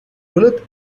duluth